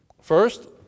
First